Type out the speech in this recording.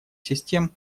систем